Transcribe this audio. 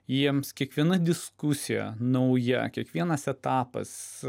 jiems kiekviena diskusija nauja kiekvienas etapas